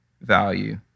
value